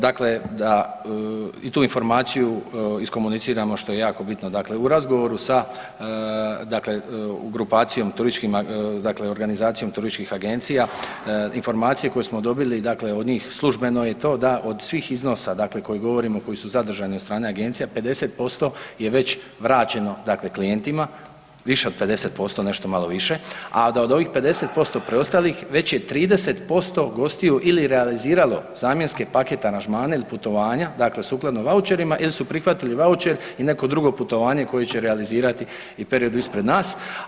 Dakle, da i tu informaciju iskomuniciramo što je jako bitno, dakle u razgovoru sa grupacijom organizacijom turističkih agencija informacije koje smo dobili od njih službeno je to da od svih iznosa koje govorimo koji su zadržani od strane agencija 50% je već vraćeno klijentima, više od 50% nešto malo više, a od ovih 50% preostalih već je 30% gostiju ili realiziralo zamjenske paket aranžmane ili putovanje sukladno vaučerima ili su prihvatili vaučer i neko drugo putovanje koje će realizirati u periodu ispred nas.